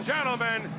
Gentlemen